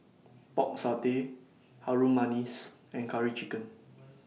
Pork Satay Harum Manis and Curry Chicken